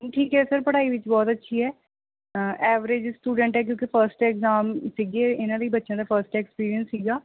ਠੀਕ ਹੈ ਸਰ ਪੜ੍ਹਾਈ ਵਿੱਚ ਬਹੁਤ ਅੱਛੀ ਹੈ ਐਵਰੇਜ ਸਟੂਡੈਂਟ ਹੈ ਕਿਉਂਕਿ ਫਸਟ ਐਗਜਾਮ ਸੀਗੇ ਇੰਨ੍ਹਾਂ ਦੀ ਬੱਚਿਆਂ ਦਾ ਫਸਟ ਐਕਸਪੀਰੀਐਂਸ ਸੀਗਾ